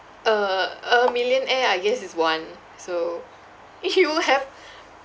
uh uh a millionaire I guess is one so if you have